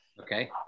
Okay